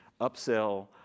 upsell